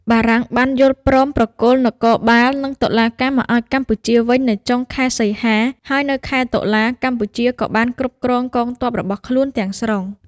បារាំងបានយល់ព្រមប្រគល់នគរបាល និងតុលាការមកឱ្យកម្ពុជាវិញនៅចុងខែសីហា ហើយនៅខែតុលា កម្ពុជាក៏បានគ្រប់គ្រងកងទ័ពរបស់ខ្លួនទាំងស្រុង។